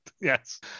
yes